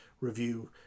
review